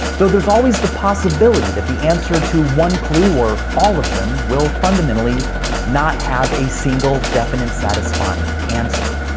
though there's always the possibility that the answer to one clue, or all of them, will fundamentally not have a single definite satisfying answer.